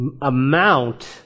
amount